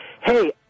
Hey